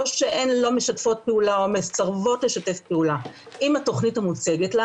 או שהן לא משתפות פעולה או מסרבות לשתף פעולה עם התוכנית המוצגת להן,